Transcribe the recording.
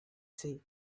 say